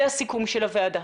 זה הסיכום של הוועדה.